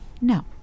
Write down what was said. No